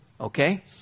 Okay